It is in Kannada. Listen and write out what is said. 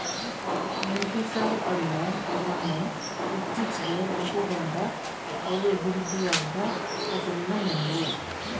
ಎಂಟಿಸಾಲ್ ಅನ್ನೋ ಮಣ್ಣು ಇತ್ತೀಚ್ಗೆ ರೂಪುಗೊಂಡ ಯಾವುದೇ ಅಭಿವೃದ್ಧಿಯಾಗ್ದ ಪದರಿನ ಮಣ್ಣು